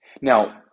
Now